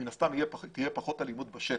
מן הסתם תהיה פחות אלימות בשטח.